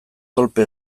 kolpe